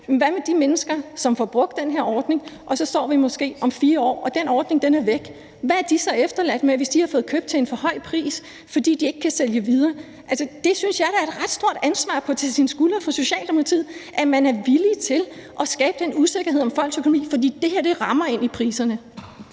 Hvad med de mennesker, som får brugt den her ordning? Hvor står de så om måske 4 år, når den ordning er væk? Hvad er de så efterladt med, hvis de har fået købt til en for høj pris og de ikke kan sælge videre? Altså, det synes jeg da er et ret stort ansvar at tage på sine skuldre for Socialdemokratiet, altså at man er villig til at skabe den usikkerhed om folks økonomi. For det her rammer ind i priserne.